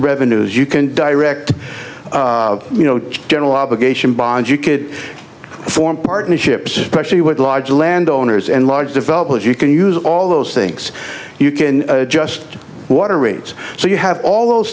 revenues you can direct you know general obligation bonds you could form partnerships especially with large landowners and large developers you can use all those things you can just water rates so you have all those